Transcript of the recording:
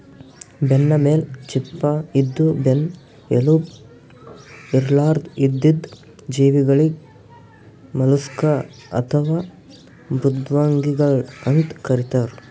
ಬೆನ್ನಮೇಲ್ ಚಿಪ್ಪ ಇದ್ದು ಬೆನ್ನ್ ಎಲುಬು ಇರ್ಲಾರ್ದ್ ಇದ್ದಿದ್ ಜೀವಿಗಳಿಗ್ ಮಲುಸ್ಕ್ ಅಥವಾ ಮೃದ್ವಂಗಿಗಳ್ ಅಂತ್ ಕರಿತಾರ್